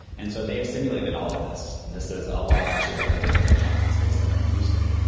and so they've simulated all of this and this is a lot of actually what they did at the johnson space centre in houston.